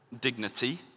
dignity